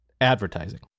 Advertising